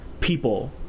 people